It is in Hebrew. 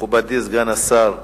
מכובדי סגן השר וילנאי,